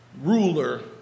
ruler